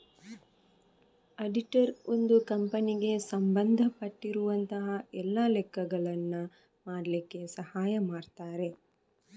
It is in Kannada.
ಅಡಿಟರ್ ಒಂದು ಕಂಪನಿಗೆ ಸಂಬಂಧ ಪಟ್ಟಿರುವಂತಹ ಎಲ್ಲ ಲೆಕ್ಕಗಳನ್ನ ಮಾಡ್ಲಿಕ್ಕೆ ಸಹಾಯ ಮಾಡ್ತಾರೆ